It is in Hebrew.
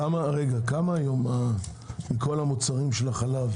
כמה מכל מוצרי החלב